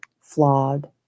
flawed